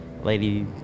Lady